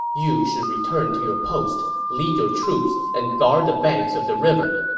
you should return to your post, lead your troops, and guard the banks of the river.